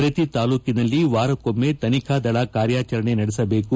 ಪ್ರತಿ ತಾಲೂಕಿನಲ್ಲಿ ವಾರಕ್ಕೊಮ್ನೆ ತನಿಖಾ ದಳ ಕಾರ್ಯಾಚರಣೆ ನಡೆಸಬೇಕು